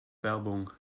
werbung